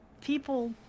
people